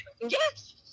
Yes